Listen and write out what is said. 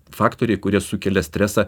faktoriai kurie sukelia stresą